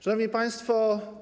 Szanowni Państwo!